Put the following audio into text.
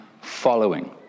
following